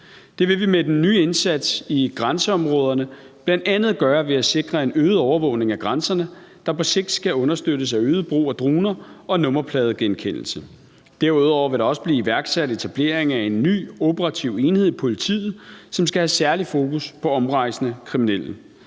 Det vil vi med den nye indsats i grænseområderne bl.a. gøre ved at sikre en øget overvågning af grænserne, der på sigt skal understøttes af øget brug af droner og nummerpladegenkendelse. Derudover vil der også blive iværksat etablering af en ny operativ enhed i politiet, som skal have særligt fokus på omrejsende kriminelle.